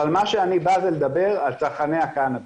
אבל מה שאני בא זה לדבר זה על צרכני הקנאביס.